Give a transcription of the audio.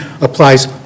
applies